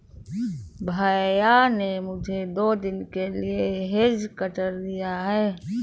भैया ने मुझे दो दिन के लिए हेज कटर दिया है